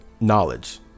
knowledge